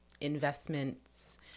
investments